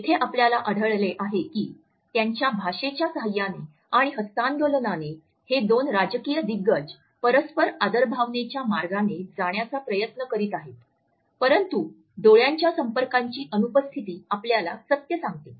येथे आपल्याला आढळले आहे की त्यांच्या भाषेच्या सहाय्याने आणि हस्तांदोलनाने हे दोन राजकीय दिग्गज परस्पर आदरभावनेच्या मार्गाने जाण्याचा प्रयत्न करीत आहेत परंतु डोळ्याच्या संपर्काची अनुपस्थिती आपल्याला सत्य सांगते